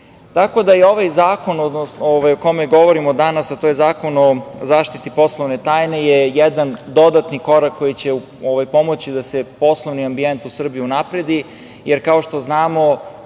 da je ovaj zakon o kome govorimo danas, a to je Zakon o zaštiti poslovne tajne jedan dodatni korak koji će pomoći da se poslovni ambijent u Srbiji unapredi, jer kao što znamo,